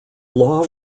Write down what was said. law